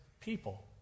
people